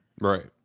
Right